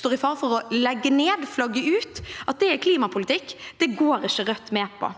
står i fare for å legge ned, flagge ut. At det er klimapolitikk, går ikke Rødt med på.